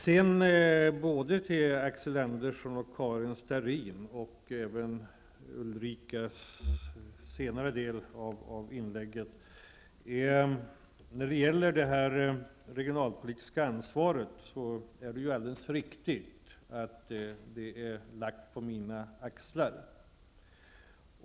Starrin sade och vad även Ulrica Messing nämnde i den senare delen av sitt inlägg vill jag säga att det är alldeles riktigt att det regionalpolitiska ansvaret är lagt på mina axlar.